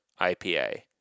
ipa